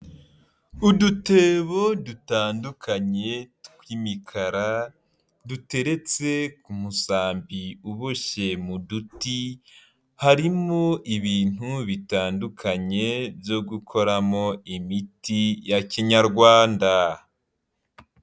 Udutebo dutandukanye tw'imikara duteretse ku musambi uboshye mu duti, harimo ibintu bitandukanye byo gukoramo imiti ya kinyarwanda.